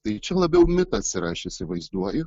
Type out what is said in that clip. tai čia labiau mitas ir aš įsivaizduoju